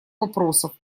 вопросов